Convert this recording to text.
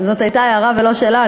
זאת הייתה הערה, ולא שאלה.